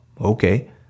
okay